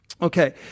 Okay